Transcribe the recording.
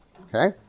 Okay